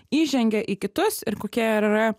įžengia į kitus ir kokie ir yra